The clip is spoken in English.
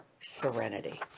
serenity